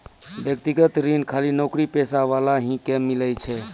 व्यक्तिगत ऋण खाली नौकरीपेशा वाला ही के मिलै छै?